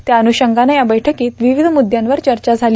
त्या अनुषंगानं या बैठकीत विविध मुद्यांवर चर्चा विविध झाली